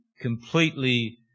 completely